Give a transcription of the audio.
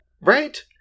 Right